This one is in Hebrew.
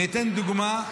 אני אתן דוגמה: